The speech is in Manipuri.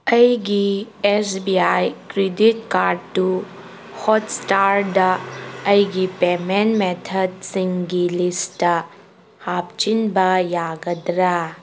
ꯑꯩꯒꯤ ꯑꯦꯁ ꯕꯤ ꯑꯥꯏ ꯀ꯭ꯔꯦꯗꯤꯠ ꯀꯥꯔꯠꯇꯨ ꯍꯣꯠꯁꯇꯥꯔꯗ ꯑꯩꯒꯤ ꯄꯦꯃꯦꯟ ꯃꯦꯊꯠꯁꯤꯡꯒꯤ ꯂꯤꯁꯇ ꯍꯥꯞꯆꯤꯟꯕ ꯌꯥꯒꯗ꯭ꯔ